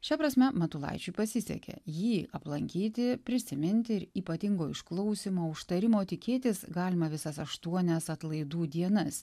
šia prasme matulaičiui pasisekė jį aplankyti prisiminti ir ypatingo išklausymo užtarimo tikėtis galima visas aštuonias atlaidų dienas